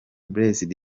blessed